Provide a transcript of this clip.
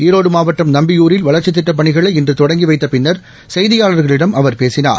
ஈரோடுமாவட்டம் நம்பியூரில் வளா்ச்சித் திட்ட பணிகளை இன்றுதொடங்கிவைத்தபின்னர் செய்தியாளர்களிடம் அவர் பேசினர்